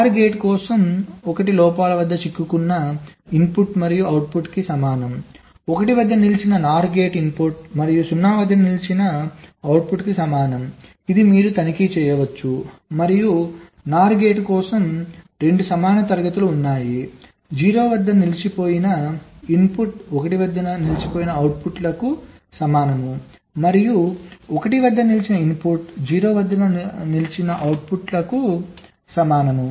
OR gate కోసం 1 లోపాల వద్ద చిక్కుకున్న ఇన్పుట్ మరియు అవుట్పుట్ సమానం 1 వద్ద నిలిచిన NOR గేట్ ఇన్పుట్ మరియు 0 వద్ద నిలిచిన అవుట్పుట్ సమానం ఇది మీరు తనిఖీ చేయవచ్చు మరియు NOR గేట్ కోసం 2 సమాన తరగతులు ఉన్నాయి 0 వద్ద నిలిచిపోయిన ఇన్పుట్ 1 వద్ద నిలిచిన అవుట్పుట్కు సమానం మరియు 1 వద్ద నిలిచిన ఇన్పుట్ 0 వద్ద నిలిచిన అవుట్పుట్కు సమానం